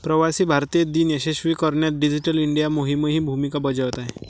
प्रवासी भारतीय दिन यशस्वी करण्यात डिजिटल इंडिया मोहीमही भूमिका बजावत आहे